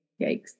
Yikes